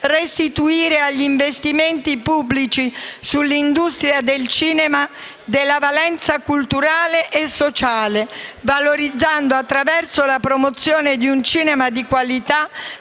restituire agli investimenti pubblici sull'industria del cinema della valenza culturale e sociale, valorizzando, attraverso la promozione di un cinema di qualità,